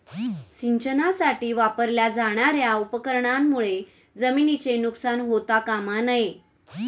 सिंचनासाठी वापरल्या जाणार्या उपकरणांमुळे जमिनीचे नुकसान होता कामा नये